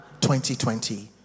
20-20